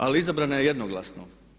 Ali izabrana je jednoglasno.